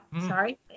sorry